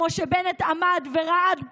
כמו שבנט עמד ורעד פה.